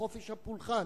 חופש הפולחן,